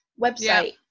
website